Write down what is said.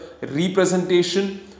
representation